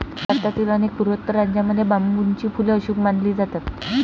भारतातील अनेक पूर्वोत्तर राज्यांमध्ये बांबूची फुले अशुभ मानली जातात